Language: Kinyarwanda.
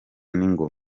n’ingoma